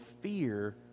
fear